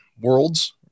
worlds